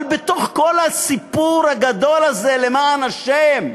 אבל בתוך כל הסיפור הגדול הזה, למען השם,